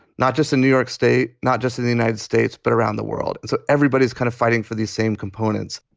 not just in new york state. not just in the united states, but around the world. so everybody's kind of fighting for these same components